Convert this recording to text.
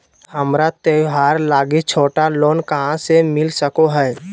हमरा त्योहार लागि छोटा लोन कहाँ से मिल सको हइ?